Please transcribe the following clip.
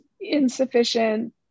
insufficient